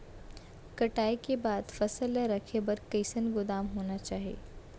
कटाई के बाद फसल ला रखे बर कईसन गोदाम होना चाही?